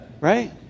right